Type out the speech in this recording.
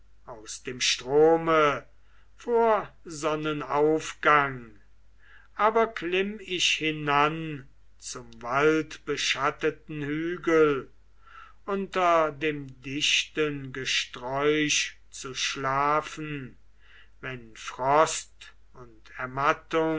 aus dem strome vor sonnenaufgang aber klimm ich hinan zum waldbeschatteten hügel unter dem dichten gesträuch zu schlafen wenn frost und ermattung